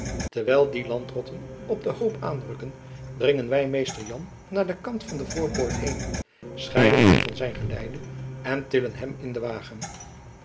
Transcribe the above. terwijl die landrotten op den hoop aanrukken dringen wy mr jan naar den kant van de voorpoort heen scheiden hem van zijn geleide en tillen hem in den wagen